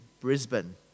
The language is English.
Brisbane